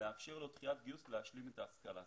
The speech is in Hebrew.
לאפשר לו דחיית גיוס כדי להשלים את ההשכלה.